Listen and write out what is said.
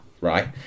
right